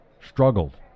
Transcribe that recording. struggled